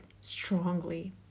strongly